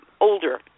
older